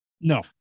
no